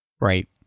Right